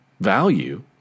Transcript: value